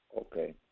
okay